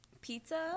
Pizza